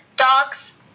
Dogs